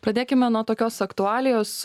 pradėkime nuo tokios aktualijos